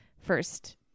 first